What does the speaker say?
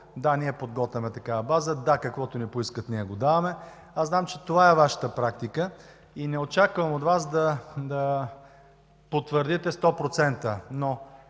„Да, ние подготвяме такава база. Да, каквото ни поискат – ние го даваме“. Аз знам, че това е Вашата практика и не очаквам от Вас да потвърдите сто